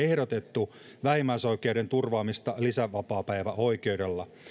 ehdotettu vähimmäisoikeuden turvaamista lisävapaapäiväoikeudella